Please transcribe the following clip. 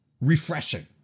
refreshing